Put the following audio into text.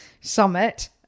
summit